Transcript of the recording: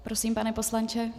Prosím, pane poslanče.